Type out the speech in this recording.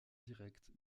directe